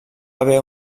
haver